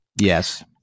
Yes